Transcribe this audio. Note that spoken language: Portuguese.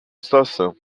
estação